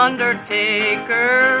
Undertaker